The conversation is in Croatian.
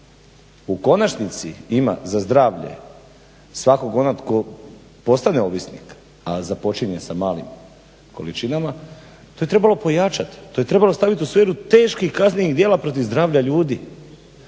u konačnici ima za zdravlje svakog onog tko postane ovisnik, a započinje sa malim količinama, to je trebalo pojačat, to je trebalo stavit u sferu teških kaznenih djela protiv zdravlja ljudi,